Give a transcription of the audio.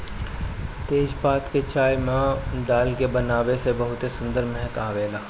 तेजपात के चाय में डाल के बनावे से बहुते सुंदर महक आवेला